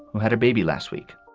who had a baby last week.